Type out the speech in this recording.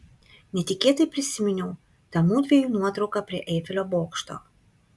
netikėtai prisiminiau tą mudviejų nuotrauką prie eifelio bokšto